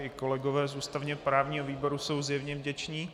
I kolegové z ústavněprávního výboru jsou zjevně vděční.